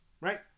right